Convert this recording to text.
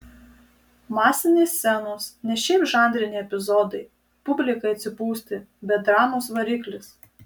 masinės scenos ne šiaip žanriniai epizodai publikai atsipūsti bet dramos variklis